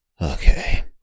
Okay